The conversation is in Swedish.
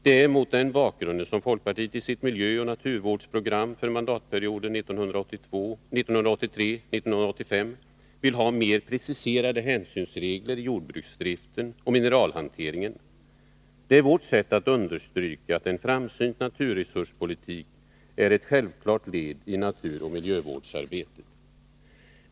Det är mot den bakgrunden som folkpartiet i sitt miljöoch naturvårdsprogram för mandatperioden 1983-1985 vill ha mer preciserade hänsynsregler i jordbruksdriften och mineralhanteringen. Det är vårt sätt att understryka att en framsynt naturresurspolitik är ett självklart led i naturoch miljövårdsarbetet.